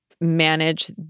manage